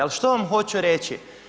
Ali što vam hoću reći?